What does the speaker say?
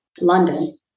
London